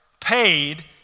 paid